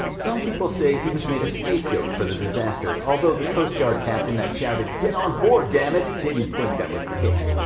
some people say he was made a scapegoat for the disaster, although the coast guard captain that shouted, get on board, dammit! didn't think that was the case.